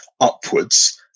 upwards